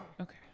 okay